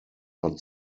not